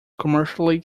commercially